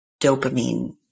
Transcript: dopamine